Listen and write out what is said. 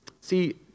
See